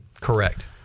correct